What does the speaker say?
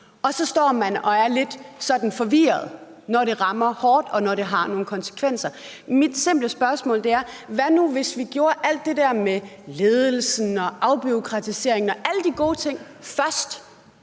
og så står man og er lidt forvirret, når det rammer hårdt, og når det har nogle konsekvenser. Mit simple spørgsmål er: Hvad nu, hvis vi gjorde noget ved alt det der, der har med ledelsen, afbureaukratisering og alle de gode ting at